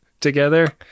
together